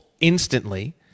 instantly